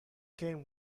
came